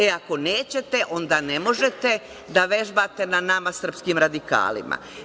E, ako nećete, onda ne možete da vežbate na nama, srpskim radikalima.